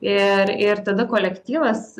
ir ir tada kolektyvas